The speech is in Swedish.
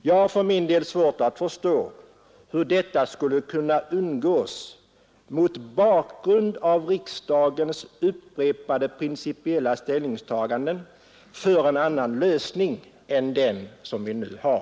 Jag har för min del svårt att förstå hur detta skulle kunna undgås mot bakgrund av riksdagens upprepade principiella ställningstaganden för en annan lösning än den vi nu har.